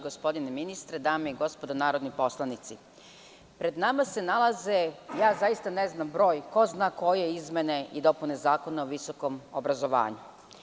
Gospodine ministre, dame i gospodo narodni poslanici, pred nama se nalaze, zaista ne znam broj ko zna koje, izmene i dopune Zakona o visokom obrazovanju.